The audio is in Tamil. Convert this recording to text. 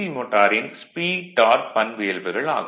மோட்டாரின் ஸ்பீட் டார்க் பண்பியல்புகள் ஆகும்